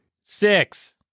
Six